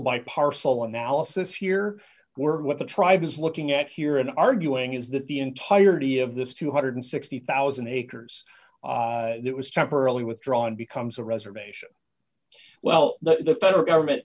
by parcel analysis here we're what the tribe is looking at here in arguing is that the entirety of this two hundred and sixty thousand acres that was temporarily withdrawn becomes a reservation well the federal government